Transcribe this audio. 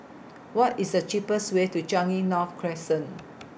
What IS The cheapest Way to Changi North Crescent